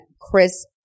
Chris